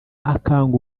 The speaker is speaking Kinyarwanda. akanga